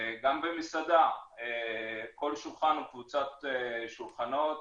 גם במסעדה, כל שולחן או קבוצת שולחנות